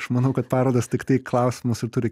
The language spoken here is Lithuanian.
aš manau kad parodos tiktai klausimus ir turi